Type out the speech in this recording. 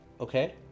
okay